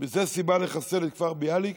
זו סיבה לחסל את כפר ביאליק?